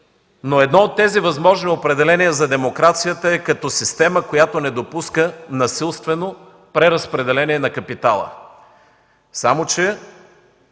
Но едно от тези възможни определения за демокрацията е като система, която не допуска насилствено преразпределение на капитала. Само че